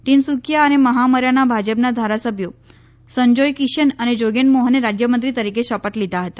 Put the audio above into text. ટીનસુકિયા અને મહમરાના ભાજપના ધારાસભ્યો સંજોય કિશન અને જોગેન મોહને રાજયમંત્રી તરીકે શપથ લીધા હતા